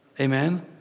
Amen